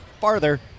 farther